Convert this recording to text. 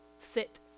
sit